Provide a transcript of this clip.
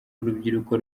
urubyiruko